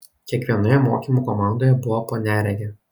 kiekvienoje mokymų komandoje buvo po neregę